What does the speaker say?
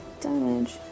damage